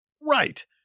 Right